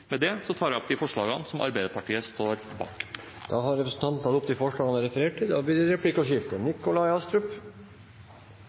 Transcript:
fra Arbeiderpartiet så vel som fra de andre partiene. Med det tar jeg opp de forslagene Arbeiderpartiet står bak, alene og sammen med Senterpartiet. Representanten Eirik Sivertsen har tatt opp de forslagene han refererte til. Det blir replikkordskifte.